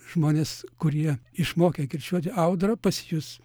žmonės kurie išmokę kirčiuoti audra pasijus